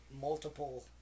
multiple